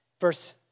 verse